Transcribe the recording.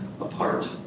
apart